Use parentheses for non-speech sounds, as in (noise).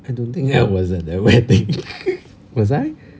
I don't think I was at the wedding (laughs) was I